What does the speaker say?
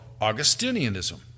Augustinianism